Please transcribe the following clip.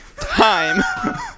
Time